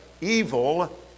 evil